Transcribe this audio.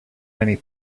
many